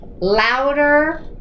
louder